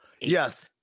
yes